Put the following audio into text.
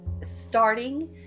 starting